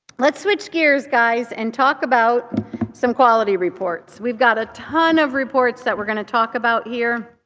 let's switch gears guys and talk about some quality reports. we've got a ton of reports that we're going to talk about here.